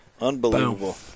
Unbelievable